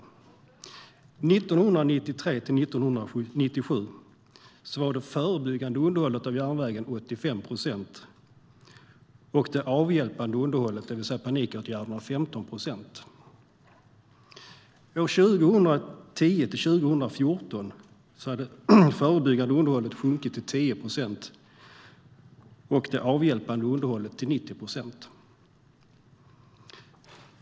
År 1993-1997 var det förebyggande underhållet av järnvägen 85 procent och det avhjälpande underhållet, det vill säga panikåtgärderna, 15 procent. År 2010-2014 hade det förebyggande underhållet sjunkit till 10 procent, och det avhjälpande underhållet var 90 procent.